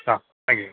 ஆ thank you